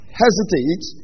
hesitate